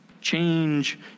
Change